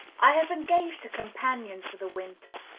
i have engaged a companion for the winter.